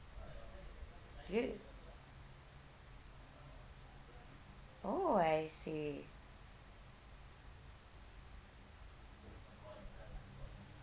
good oh I see